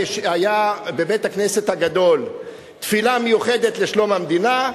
בבית-הכנסת הגדול תפילה מיוחדת לשלום המדינה.